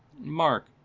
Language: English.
mark